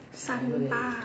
三八